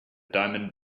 diamond